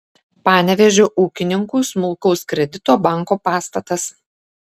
panevėžio ūkininkų smulkaus kredito banko pastatas